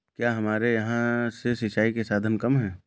क्या हमारे यहाँ से सिंचाई के साधन कम है?